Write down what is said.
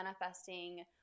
manifesting